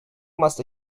must